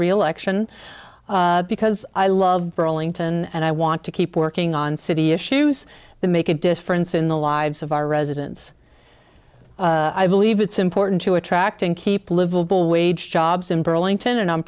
reelection because i love burlington and i want to keep working on city issues the make a difference in the lives of our residents i believe it's important to attract and keep livable wage jobs in burlington and i'm